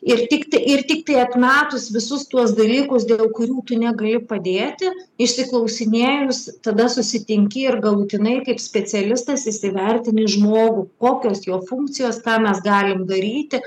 ir tikti ir tiktai atmetus visus tuos dalykus dėl kurių tu negali padėti išsiklausinėjus tada susitinki ir galutinai kaip specialistas įsivertini žmogų kokios jo funkcijos ką mes galim daryti